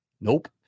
Nope